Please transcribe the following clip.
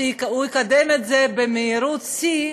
שיקדם את זה במהירות שיא,